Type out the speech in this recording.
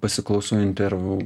pasiklausau intervų